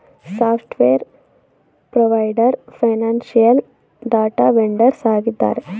software provider, financial data vendors ಆಗಿದ್ದಾರೆ